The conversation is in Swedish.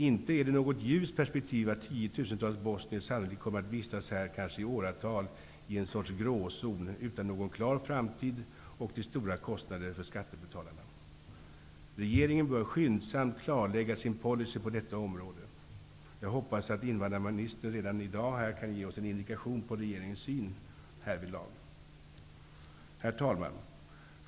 Inte är det något ljust perspektiv att tiotusentals bosnier sannolikt kommer att vistas här kanske i åratal, i en sorts gråzon, utan någon klar framtid och till stora kostnader för skattebetalarna. Regeringen bör skyndsamt klarlägga sin policy på detta område. Jag hoppas att invandrarministern redan i dag kan ge oss en indikation på regeringens syn härvidlag. Herr talman!